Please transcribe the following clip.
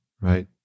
right